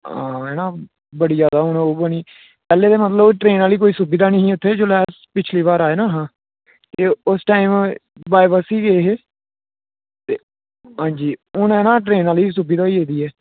हां एह् ना बड़ी ज्यादा हून ओह् बनी पैहलें मतलब ट्रेन आह्ली कोई सुविधा नेईं ही उत्थै जेल्लै अस पिछली बार आए हे ना ते उस टाइम बाए बस ही गे हे ते जी हून है ना ट्रेन आह्ली बी सुविधा होई गेदी ऐ